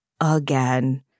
again